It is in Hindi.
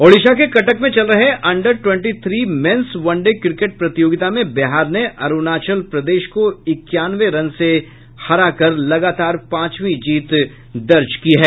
ओडिशा के कटक में चल रहे under twenty three men's one day cricket प्रतियोगिता में बिहार ने अरूणाचल प्रदेश को इक्यानवे रन से हरा कर लगातार पांचवीं जीत दर्ज की है